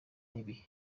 n’igihe